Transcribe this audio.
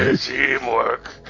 Teamwork